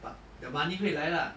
but the money 会来 lah